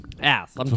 Ass